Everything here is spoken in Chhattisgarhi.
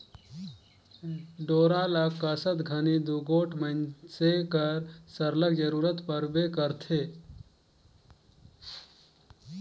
डोरा ल कसत घनी दूगोट मइनसे कर सरलग जरूरत परबे करथे